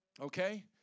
Okay